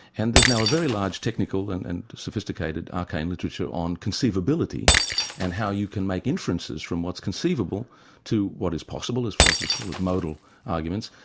and there's now a very large technical and sophisticated arcane literature on conceivability and how you can make inferences from what's conceivable to what is possible, as philosophers call it modal arguments,